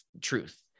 truth